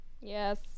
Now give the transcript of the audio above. Yes